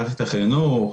מערכת החינוך.